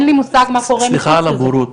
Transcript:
סליחה על הבורות,